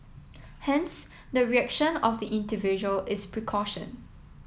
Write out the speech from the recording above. hence the reaction of the individual is precaution